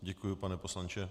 Děkuji, pane poslanče.